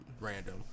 random